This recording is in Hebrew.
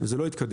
זה לא התקדם.